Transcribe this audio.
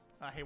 hey